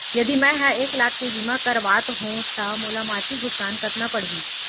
यदि मैं ह एक लाख के बीमा करवात हो त मोला मासिक भुगतान कतना पड़ही?